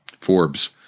Forbes